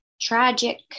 tragic